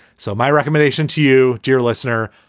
so my recommendation to you, dear listener,